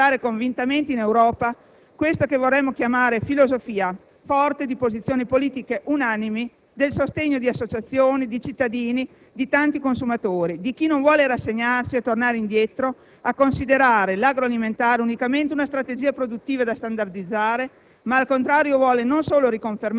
Chiediamo quindi al nostro Governo di portare convintamente in Europa questa che vorremmo chiamare filosofia forte di posizioni politiche unanimi, del sostegno di associazioni di cittadini, di tanti consumatori, di chi non vuole rassegnarsi e tornare indietro a considerare il settore agroalimentare unicamente una strategia produttiva e da standardizzare,